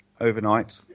overnight